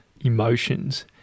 emotions